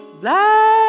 Black